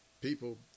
People